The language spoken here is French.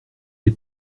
est